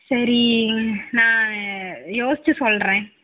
சரி நான் யோச்சு சொல்லுறேன்